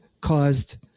caused